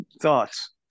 thoughts